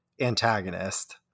antagonist